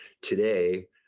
today